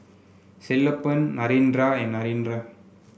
Sellapan Narendra and Narendra